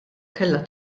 kellha